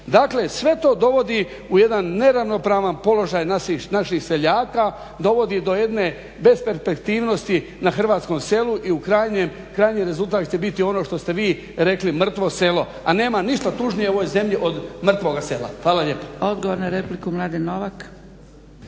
Dakle, sve to dovodi u jedan neravnopravan položaj naših seljaka, dovodi do jedne besperspektivnosti na Hrvatskom selu i u krajnjem, krajnji rezultat će biti ono što ste vi rekli, mrtvo selo, a nema ništa tužnije u ovoj zemlji od mrtvoga sela. Hvala lijepa. **Zgrebec, Dragica